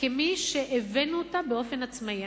ככזאת שהבאנו אותה באופן עצמאי.